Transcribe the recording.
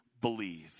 believe